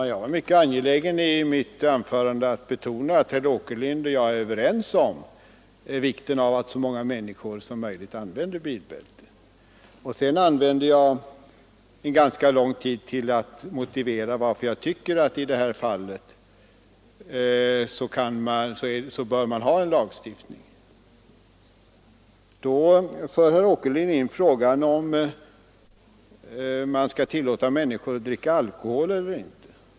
Herr talman! I mitt förra anförande var jag mycket angelägen om att betona att herr Åkerlind och jag är överens om vikten av att så många människor som möjligt använder bilbälten. Sedan använde jag också ganska lång tid för att motivera varför jag tycker att vi i detta fall bör ha en. lagstiftning. Men nu för herr Äkerlind in frågan om vi skall tillåta människor att dricka alkohol eller inte.